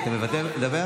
קרעי, אינו נוכח,